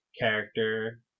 character